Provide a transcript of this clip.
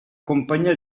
compagnia